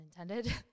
intended